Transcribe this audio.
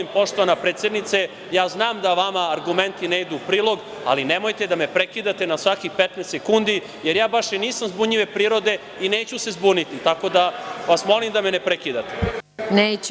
Molim vas, poštovana predsednice, znam da vama argumenti ne idu u prilog, ali nemojte da me prekidate na svakih 15 sekundi, jer baš i nisam zbunjive prirode i neću se zbuniti, tako da vas molim da me ne prekidate.